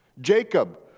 Jacob